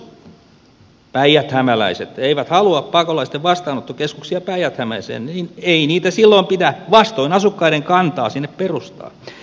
jos päijäthämäläiset eivät halua pakolaisten vastaanottokeskuksia päijät hämeeseen niin ei niitä silloin pidä vastoin asukkaiden kantaa sinne perustaa